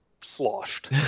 sloshed